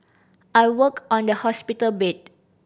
I worked on the hospital